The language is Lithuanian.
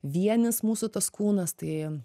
vienis mūsų tas kūnas tai